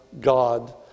God